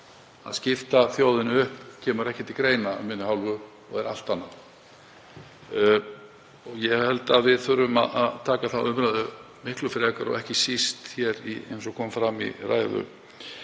Að skipta þjóðinni upp kemur ekki til greina af minni hálfu og er allt annað. Ég held að við þurfum að taka þá umræðu miklu frekar og ekki síst, eins og kom fram í ræðu